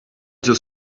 does